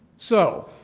so,